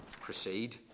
proceed